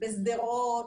בשדרות.